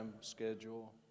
schedule